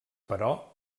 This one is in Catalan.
però